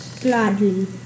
Gladly